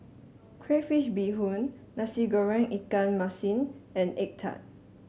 Crayfish Beehoon Nasi Goreng Ikan Masin and egg tart